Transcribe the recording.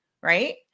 right